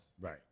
right